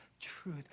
truth